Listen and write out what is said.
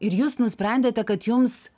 ir jūs nusprendėte kad jums